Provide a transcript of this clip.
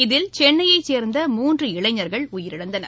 இதில் சென்னையைச் சோ்ந்த மூன்று இளைஞர்கள் உயிரிழந்தனர்